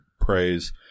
praise